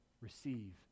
receive